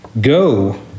Go